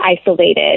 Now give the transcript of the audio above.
isolated